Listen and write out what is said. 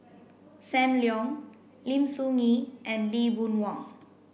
Sam Leong Lim Soo Ngee and Lee Boon Wang